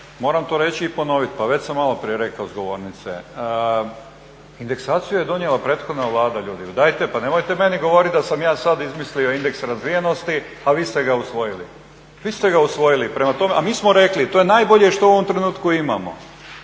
moram to reći i ponoviti, pa već sam malo prije rekao s govornice, indeksaciju je donijela prethodna vlada ljudi. Dajte pa nemojte meni govoriti da sam ja sada izmislio indeks razvijenosti, a vi ste ga usvojili. A mi smo rekli to je najbolje što u ovom trenutku imamo.